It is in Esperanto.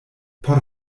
por